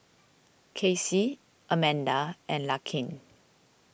Kacy Amanda and Larkin